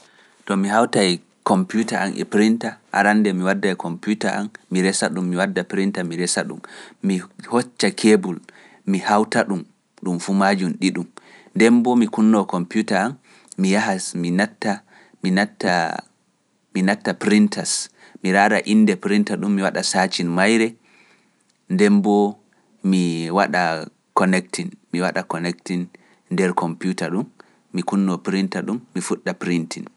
To mi hawta e kompyuta an e printa, arande mi wadda e kompyuta an, mi resa ɗum, mi wadda printa, mi resa ɗum, mi hocca kebul, mi hawta ɗum, ɗum fumaaji ɗiɗum, nden mbo mi kunnoo kompyuta an, mi yahas, mi natta, mi natta, mi natta printas, mi raara innde printa ɗum, mi waɗa saacin mayre, nden mbo mi waɗa connecting, mi waɗa connecting nder kompyuta ɗum, mi kunnoo printa ɗum, mi fuɗɗa printing.